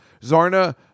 Zarna